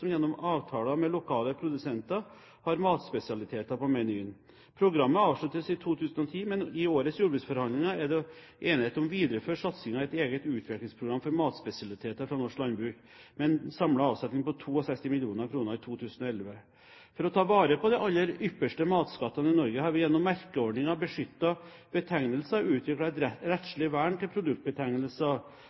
gjennom avtaler med lokale produsenter har matspesialiteter på menyen. Programmet avsluttes i 2010, men i årets jordbruksforhandlinger er det enighet om å videreføre satsingen i et eget Utviklingsprogram for matspesialiteter fra norsk landbruk, med en samlet avsetning på 62 mill. kr i 2011. For å ta vare på de aller ypperste matskattene i Norge har vi gjennom merkeordningen Beskyttede betegnelser utviklet et rettslig vern til produktbetegnelser